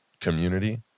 community